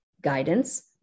guidance